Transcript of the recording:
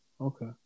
okay